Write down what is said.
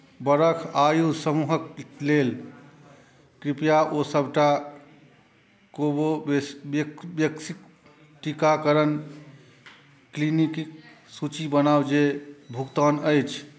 वर्ष आयु समूहक लेल कृपया ओ सभटा कोवोवेक्स टीकाकरण क्लीनिकक सूची बनाउ जे भुगतान अछि